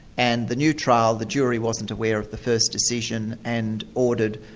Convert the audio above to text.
and the new trial, the jury wasn't aware of the first decision, and ordered,